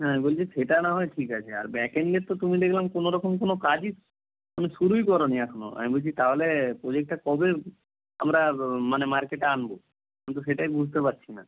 হ্যাঁ বলছি সেটা না হয় ঠিক আছে আর ব্যাক এন্ডের তো তুমি দেখলাম কোনো রকম কোনো কাজই তুমি শুরুই করোনি এখনও আমি বলছি তাহলে প্রোজেক্টটা কবে আমরা মানে মার্কেটে আনব আমি তো সেটাই বুঝতে পারছি না